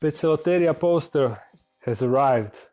but poecilotheria poster has arrived.